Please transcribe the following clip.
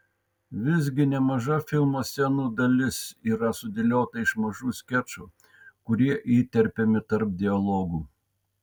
visgi nemaža filmo scenų dalis yra sudėliota iš mažų skečų kurie yra įterpiami tarp dialogų